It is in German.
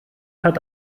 hat